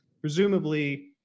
presumably